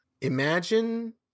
imagine